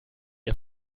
ihr